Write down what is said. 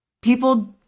people